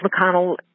mcconnell